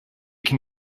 can